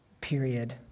period